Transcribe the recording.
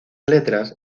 letras